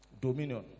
Dominion